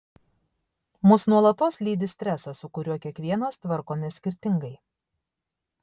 mus nuolatos lydi stresas su kuriuo kiekvienas tvarkomės skirtingai